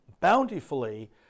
bountifully